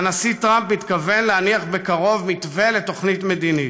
והנשיא טראמפ מתכוון להניח בקרוב מתווה לתוכנית מדינית.